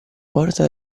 porta